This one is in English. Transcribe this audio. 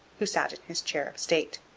who sat in his chair of state